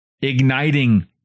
igniting